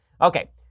Okay